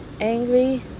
angry